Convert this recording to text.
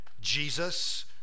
Jesus